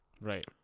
Right